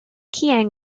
chiang